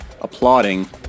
applauding